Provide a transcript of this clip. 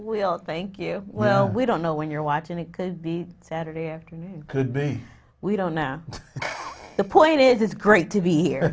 we'll thank you well we don't know when you're watching a good saturday afternoon could be we don't know the point is it's great to be here